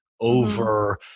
over